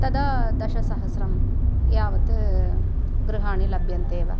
तदा दशसहस्रं यावत् गृहाणि लभ्यन्ते एव